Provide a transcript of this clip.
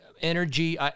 energy